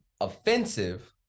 offensive